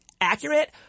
accurate